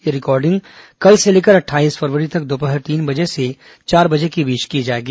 यह रिकॉडिंग कल से लेकर अट्ठाईस फरवरी तक दोपहर तीन से चार बजे के बीच की जाएगी